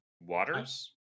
Waters